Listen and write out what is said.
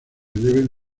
deben